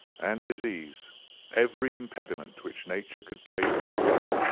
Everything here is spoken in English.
and diseaseaeur every impediment which nature could place in the way,